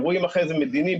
רואים אחרי זה אירועים מדיניים,